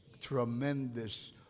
tremendous